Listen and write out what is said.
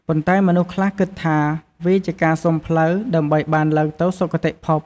ប៉ុន្តែមនុស្សខ្លះគិតថា វាជាការសុំផ្លូវ ដើម្បីបានឡើងទៅសុគតិភព។